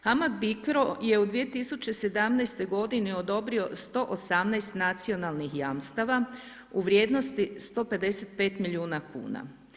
HAMAG Bicro je u 2017. g. odobrio 118 nacionalnih jamstava u vrijednosti 155 milijuna kuna.